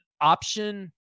option